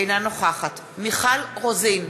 אינה נוכחת מיכל רוזין,